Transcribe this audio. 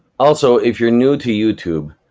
also, if you're new to youtube,